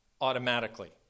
automatically